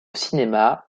cinéma